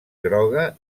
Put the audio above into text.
groga